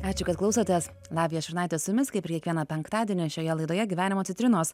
ačiū kad klausotės lavija šurnaitė su jumis kaip ir kiekvieną penktadienį šioje laidoje gyvenimo citrinos